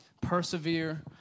Persevere